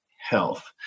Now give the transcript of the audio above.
health